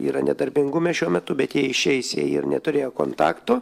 yra nedarbingume šiuo metu bet jie išeis jei ir neturėjo kontakto